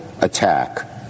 attack